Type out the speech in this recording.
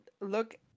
look